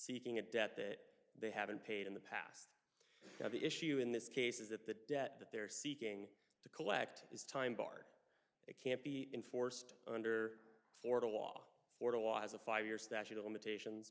seeking a debt that they haven't paid in the past the issue in this case is that the debt that they're seeking to collect is time bar it can't be enforced under florida law for it was a five year statute of limitations